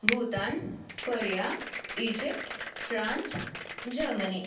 Bhutan Korea Egypt France Germany